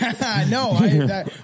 No